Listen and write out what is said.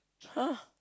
!huh!